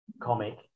comic